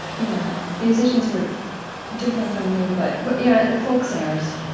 you know musicians who are different from you, but but yeah the folk singers,